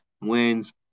wins